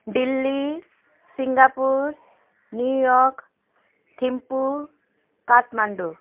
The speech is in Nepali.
Delhi Singapore New York Thimphu Kathmandu